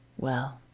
well,